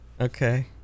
Okay